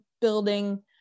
building